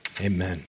Amen